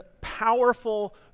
powerful